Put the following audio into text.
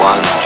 One